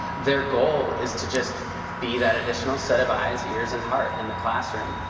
their goal is to just be that additional set of eyes, ears, and heart in the classroom,